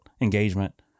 engagement